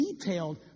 detailed